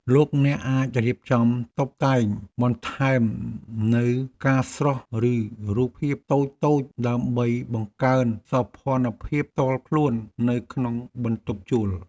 លោកអ្នកអាចរៀបចំតុបតែងបន្ថែមនូវផ្កាស្រស់ឬរូបភាពតូចៗដើម្បីបង្កើនសោភ័ណភាពផ្ទាល់ខ្លួននៅក្នុងបន្ទប់ជួល។